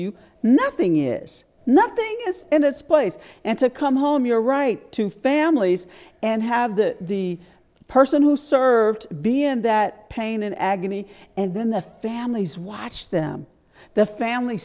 you nothing is nothing is in it's place and to come home you're right to families and have the person who served b n that pain and agony and then the families watch them the famil